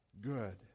good